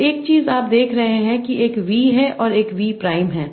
तो एक चीज आप देख रहे हैं कि एक V है और एक V प्राइम है